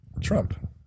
Trump